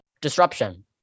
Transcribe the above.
disruption